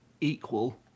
equal